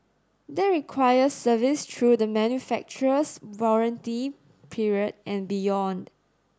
that requires service through the manufacturer's warranty period and beyond